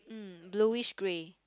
mm bluish grey